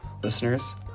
Listeners